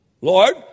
Lord